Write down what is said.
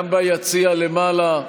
גם ביציע למעלה,